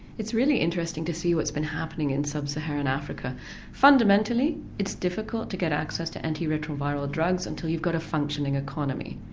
it's really interesting to see what's been happening in sub-saharan africa fundamentally it's difficult to get access to antiretroviral drugs until you've got a functioning economy.